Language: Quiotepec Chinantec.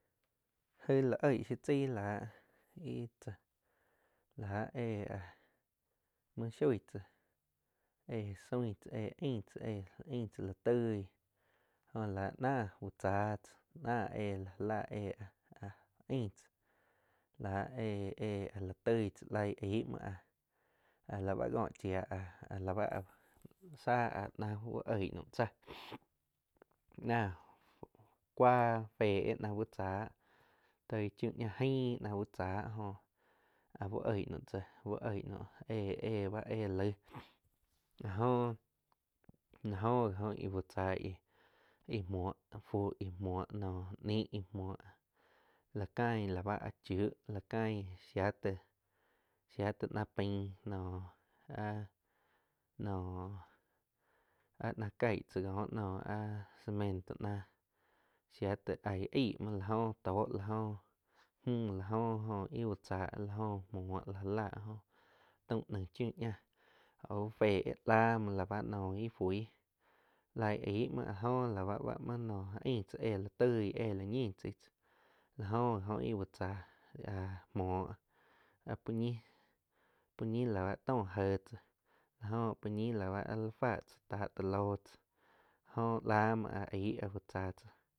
. Jaih la oig shiu tzai láh híh tzá láh éh áh muoh soig tzáh éh soig tzá éh aing tzáh éh aing tzáh la toih jóh la náh úh tsá tzáh náh éh ga láh áh-áh aing tzáh láh éh-éh áh la toig tzá laig aig muo áh, áh la bá kóh chiah lá báh áh sáh áh na uh oig naum tzáh náh cuáh féh náh uh tzáh toig chiu ñah aing náh uh cháh góh áh uh oig nuam tzáh, uh oig naum éh-éh ba laig áh jóh, láh joh jih óh íh úh tzáh íh muoh fú íh muoh noh ñiu, íh muoh la caig la báh chiuh la caing shia taig, shia taig na pain noh, áh noh, áh náh caig tzáh cóh nóh áh cemento náh sia taig aig aí lo jo tóh, la jó müh, la jo íh úh tzá íh la joh jó muo la já láh áh la jóh taum naing chiu ñáh au féh la muo la báh íh fuih laig ig mhuo áh jóh la bá noh ain tzá éh la toig éh la ñin chai tzáh la jo íh oh íh úh tzáh áh muo áh pou ñih la báh toh jéh la joh aáh puo ñih la báh áh naig fá tzá táh ta ló tzáh joh la muoh áh aig úh tzáh tsa